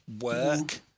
work